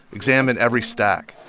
examine every stack.